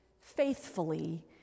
faithfully